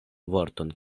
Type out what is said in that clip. vorton